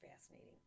fascinating